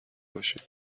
باشیم